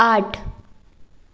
आठ